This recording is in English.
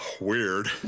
weird